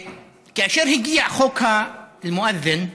כאשר הגיע חוק המואזין,